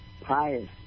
pious